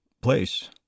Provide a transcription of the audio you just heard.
place